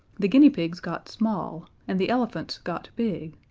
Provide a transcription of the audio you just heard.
the guinea pigs got small, and the elephants got big,